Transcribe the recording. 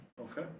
Okay